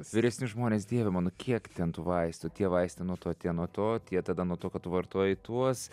vyresni žmonės dieve mano kiek ten tų vaistų tie vaistai nuo to tie nuo to tie tada nuo to kad tu vartoji tuos